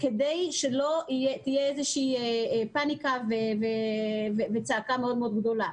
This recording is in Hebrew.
כדי שלא תהיה איזושהי פניקה וצעקה מאוד מאוד גדולה.